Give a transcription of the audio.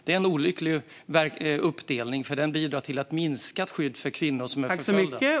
Det är en olycklig uppdelning, för den bidrar till ett minskat skydd för kvinnor som är förföljda.